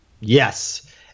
Yes